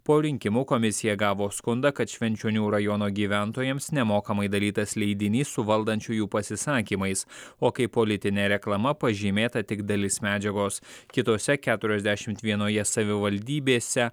po rinkimų komisija gavo skundą kad švenčionių rajono gyventojams nemokamai dalytas leidinys su valdančiųjų pasisakymais o kai politinė reklama pažymėta tik dalis medžiagos kitose keturiasdešimt vienoje savivaldybėse